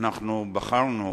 אנחנו בחרנו